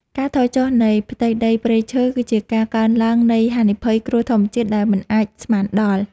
ការថយចុះនៃផ្ទៃដីព្រៃឈើ គឺជាការកើនឡើងនៃហានិភ័យគ្រោះធម្មជាតិដែលមិនអាចស្មានដល់។